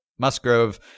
Musgrove